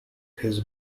his